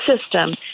system